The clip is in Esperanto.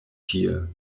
tie